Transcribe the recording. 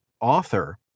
author